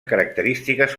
característiques